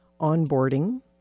onboarding